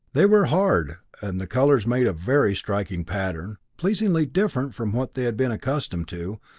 they were hard, and the colors made a very striking pattern, pleasingly different from what they had been accustomed to,